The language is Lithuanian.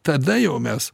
tada jau mes